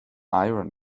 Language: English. iron